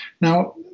Now